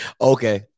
Okay